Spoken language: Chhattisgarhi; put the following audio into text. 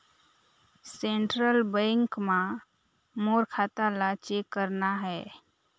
सेंट्रल बैंक मां मोर खाता ला चेक करना हे?